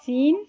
চীন